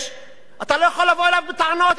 אתה לא יכול לבוא אליו בטענות אם אין עבודה.